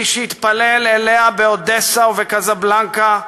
מי שהתפלל אליה באודסה ובקזבלנקה,